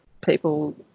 people